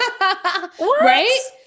Right